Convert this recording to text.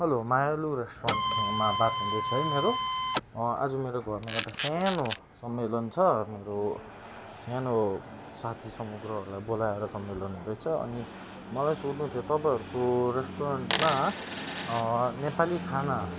hello Mayalu रेस्टुरेन्टसँगमा बात हुँदैछ है मेरो आज मेरो घरमा एउटा सानो सम्मेलन छ मेरो सानो साथी समग्रहरूलाई बोलाएर सम्मेलन हुँदैछ अनि मलाई सोध्नु थियो तपाईँहरको रेस्टुरेन्टमा नेपाली खाना